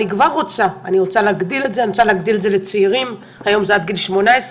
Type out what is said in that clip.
אני כבר אומרת שאני רוצה להגדיל את זה לצעירים היום זה עד גיל 18,